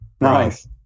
nice